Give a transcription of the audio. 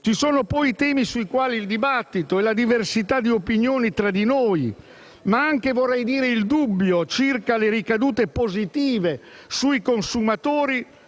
Ci sono poi temi sui quali il dibattito e la diversità di opinioni tra di noi, ma anche il dubbio circa le ricadute positive sui consumatori